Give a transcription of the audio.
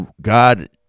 God